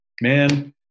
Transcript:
man